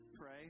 pray